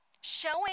Showing